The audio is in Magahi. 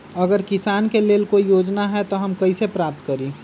अगर किसान के लेल कोई योजना है त हम कईसे प्राप्त करी?